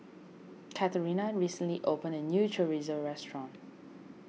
Katarina recently opened a new Chorizo restaurant